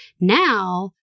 Now